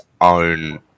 own